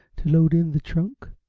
to load in the trunk?